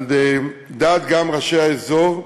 גם על דעת ראשי האזור,